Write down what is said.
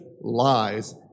lies